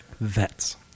vets